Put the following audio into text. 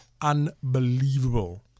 Unbelievable